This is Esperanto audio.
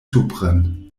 supren